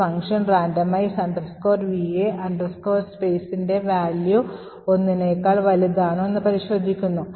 ഈ function randomize va spaceൻറെ value ഒന്നിനേക്കാൾ വലുതാണോ എന്ന് പരിശോധിക്കുന്നു